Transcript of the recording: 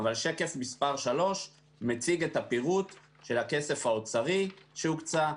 אבל שקף מספר 3 מציג את הפירוט של הכסף האוצרי שהוקצה.